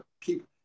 keep